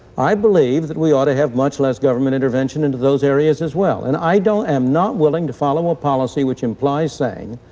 i believe that we ought to have much less government intervention into those areas as well. and i don't am not willing to follow a policy which implies saying,